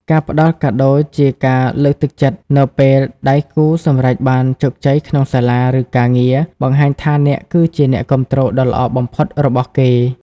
ការផ្ដល់កាដូជាការលើកទឹកចិត្តនៅពេលដៃគូសម្រេចបានជោគជ័យក្នុងសាលា ឬការងារ បង្ហាញថាអ្នកគឺជាអ្នកគាំទ្រដ៏ល្អបំផុតរបស់គេ។